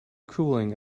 cooling